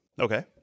Okay